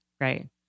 Right